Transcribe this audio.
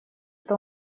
что